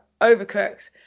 Overcooked